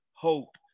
hope